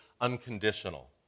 unconditional